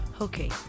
okay